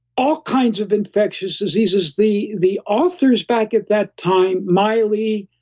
all kinds of infectious diseases the the authors back at that time, miley,